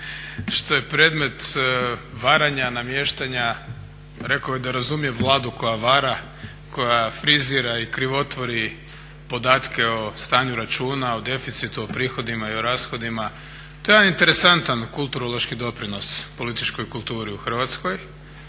što je predmet varanja, namještanja. Rekao je da razumije Vladu koja vara, koja frizira i krivotvori podatke o stanju računa, o deficitu, o prihodima i o rashodima. To je jedan interesantan kulturološki doprinos političkoj kulturi u Hrvatskoj,